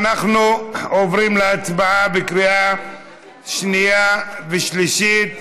אנחנו עוברים להצבעה בקריאה שנייה ושלישית